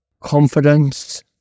confidence